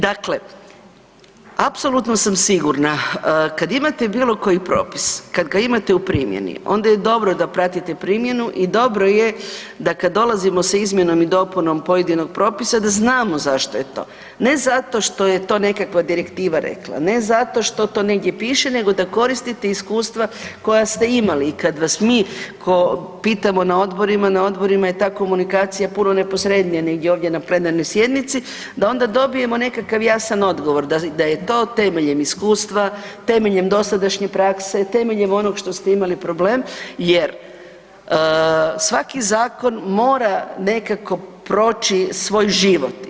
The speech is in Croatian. Dakle, apsolutno sam sigurna kada imate bilo koji propis kada ga imate u primjeni onda je dobro da pratite primjenu i dobro je da kada dolazimo sa izmjenom i dopunom pojedinog propisa da znamo zašto je to ne zato što je to nekakva direktiva rekla, ne zato što to negdje piše nego da koristite iskustva koja ste imali i kada vas mi pitamo na odborima na odborima je ta komunikacija puno neposrednija nego ovdje na plenarnoj sjednici, da onda dobijemo nekakav jasan odgovor da je to temeljem iskustva, temeljem dosadašnje prakse, temeljem onoga što ste imali problem jer svaki zakon mora nekako proći svoj živote.